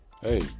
Hey